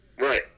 Right